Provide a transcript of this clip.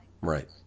right